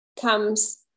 comes